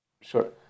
Sure